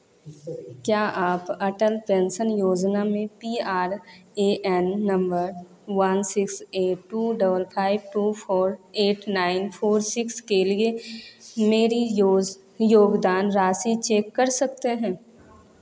क्या आप अटल पेंसन योजना में P R A N number one six eight two double five two four eight nine four six के लिए मेरी योज योगदान राशि चेक कर सकते हैं